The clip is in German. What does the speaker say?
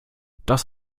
das